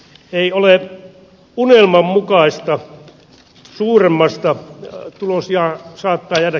ei ole unelman mukaista suuremmasta tulos ja saa pelätä